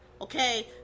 okay